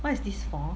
what is this for